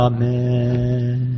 Amen